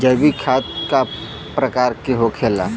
जैविक खाद का प्रकार के होखे ला?